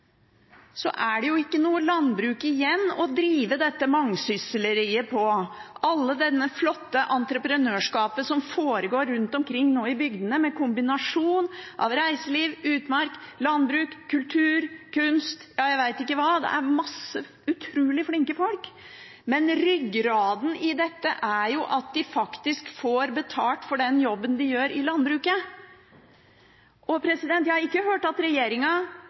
er det jo ikke noe landbruk igjen å drive dette mangesysleriet på. Men ryggraden i alt dette flotte entreprenørskapet som foregår nå rundt omkring i bygdene, med en kombinasjon av reiseliv, utmark, landbruk, kultur, kunst, ja, jeg vet ikke hva – det er mange utrolig flinke folk – er jo at de faktisk får betalt for den jobben de gjør i landbruket. Og jeg har ikke hørt at